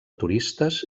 turistes